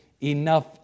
enough